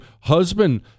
husband